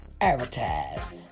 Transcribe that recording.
advertise